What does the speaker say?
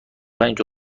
پنج